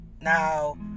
Now